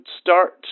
start